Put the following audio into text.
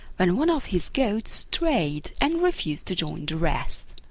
when one of his goats strayed and refused to join the rest.